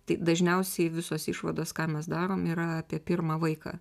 tai dažniausiai visos išvados ką mes darom yra apie pirmą vaiką